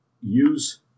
use